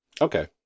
Okay